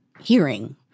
hearing